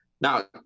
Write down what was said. Now